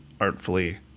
artfully